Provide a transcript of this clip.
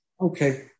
Okay